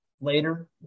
later